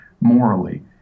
morally